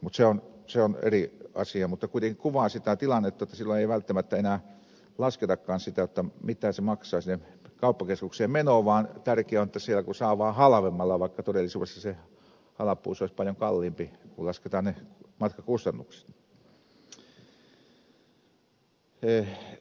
se on eri asia mutta kuitenkin kuvaa sitä tilannetta jotta silloin ei välttämättä enää lasketakaan sitä mitä se kauppakeskukseen meno maksaa vaan tärkeää on että siellä kun saa vaan halvemmalla vaikka todellisuudessa se halpuus olisi paljon kalliimpi kun lasketaan ne matkakustannukset